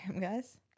guys